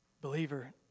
Believer